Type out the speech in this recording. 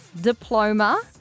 Diploma